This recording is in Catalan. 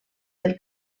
del